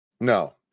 No